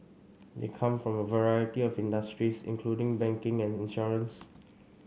they come from a variety of industries including banking and insurance